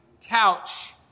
couch